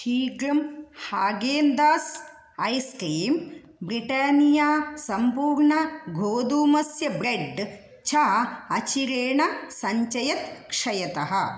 शीघ्रं Haagen Dazs ice cream Britannia सम्पूर्णगोधूमस्य bread च अचिरेण सञ्चयत् क्षयतः